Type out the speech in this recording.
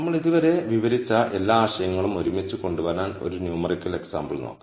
നമ്മൾ ഇതുവരെ വിവരിച്ച എല്ലാ ആശയങ്ങളും ഒരുമിച്ച് കൊണ്ടുവരാൻ ഒരു ന്യൂമെറിക്കൽ എക്സാംപിൾ നോക്കാം